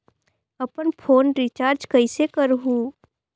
अपन phone recharge कइसे करहु?